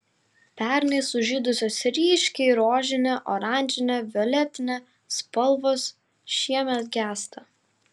pernai sužydusios ryškiai rožinė oranžinė violetinė spalvos šiemet gęsta